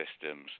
systems